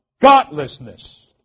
godlessness